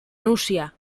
nucia